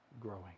growing